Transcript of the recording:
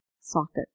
socket